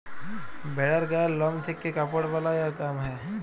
ভেড়ার গায়ের লম থেক্যে কাপড় বালাই আর কাম হ্যয়